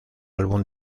álbum